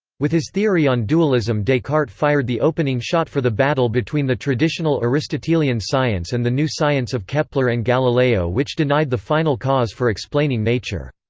with his theory on dualism descartes fired the opening shot for the battle between the traditional aristotelian science and the new science of kepler and galileo which denied the final cause for explaining nature.